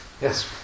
Yes